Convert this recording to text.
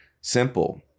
simple